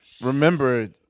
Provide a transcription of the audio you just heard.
remember